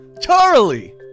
Charlie